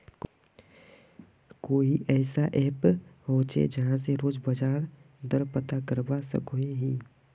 कोई ऐसा ऐप होचे जहा से रोज बाजार दर पता करवा सकोहो ही?